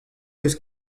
peus